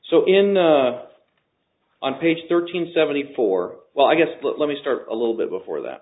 so in the on page thirteen seventy four well i guess but let me start a little bit before that